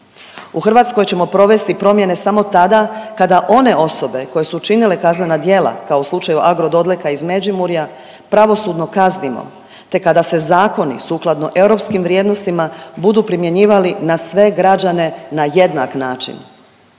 U Hrvatskoj ćemo provesti promjene samo tada kada one osobe koje su učinile kaznena djela, kao u slučaju Agro Dodleka iz Međimurja, pravosudno kaznimo te kada se zakoni sukladno europskim vrijednostima budu primjenjivali na sve građane na jednak način.